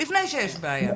לפני שיש בעיה?